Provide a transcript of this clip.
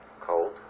Cold